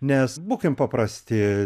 nes būkim paprasti